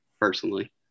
personally